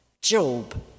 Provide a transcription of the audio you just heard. Job